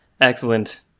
Excellent